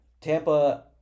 Tampa